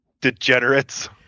degenerates